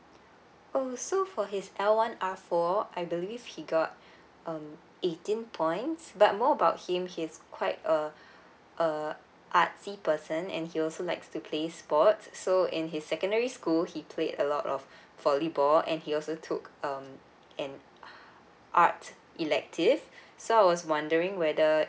oh so for his l one r four I believe he got um eighteen points but more about him he's quite uh uh artsy person and he also likes to place sports so in his secondary school he played a lot of volleyball and he also took um an uh art elective so I was wondering whether